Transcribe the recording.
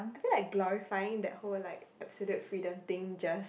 I feel like glorifying that whole like absolute freedom thing just